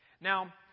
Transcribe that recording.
Now